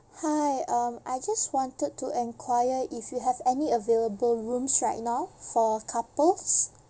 hi um I just wanted to enquire if you have any available rooms right now for couples